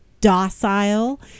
docile